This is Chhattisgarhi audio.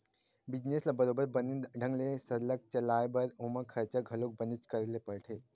बिजनेस ल बरोबर बने ढंग ले सरलग चलाय बर ओमा खरचा घलो बनेच करे ल परथे